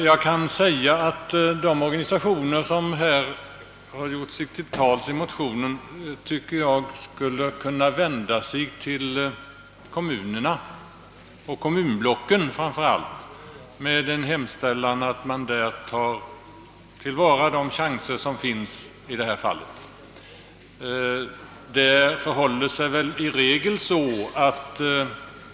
Jag tycker att de organisationer, vilkas önskemål förts fram i motionerna, skulle vända sig till kommunerna och kommunblocken med en hemställan om att dessa tar till vara de möjligheter som i detta fall finns.